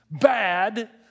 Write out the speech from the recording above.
bad